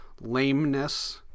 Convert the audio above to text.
Lameness